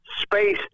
space